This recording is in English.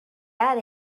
out